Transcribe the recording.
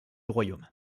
royaume